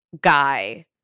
guy